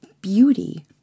beauty